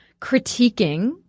critiquing